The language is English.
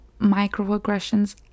microaggressions